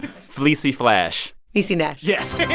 fleecy flash niecy nash yes